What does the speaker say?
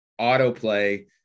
autoplay